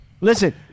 Listen